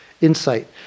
insight